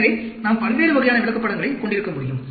எனவே நாம் பல்வேறு வகையான விளக்கப்படங்களைக் கொண்டிருக்க முடியும்